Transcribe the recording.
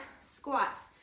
squats